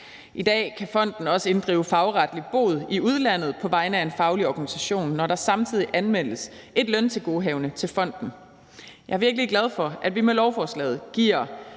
I dag kan fonden også inddrive fagretlig bod i udlandet på vegne af en faglig organisation, når der samtidig anmeldes et løntilgodehavende til fonden. Jeg er virkelig glad for, at vi med lovforslaget giver